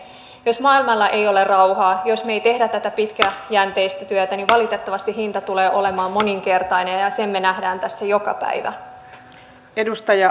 jos maailmalla ei ole rauhaa jos me emme tee tätä pitkäjänteistä työtä niin valitettavasti hinta tulee olemaan moninkertainen ja sen me näemme tässä joka päivä